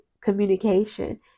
communication